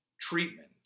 treatment